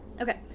Okay